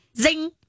zing